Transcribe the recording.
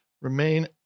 remain